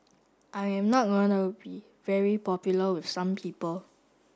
I am not going to be very popular with some people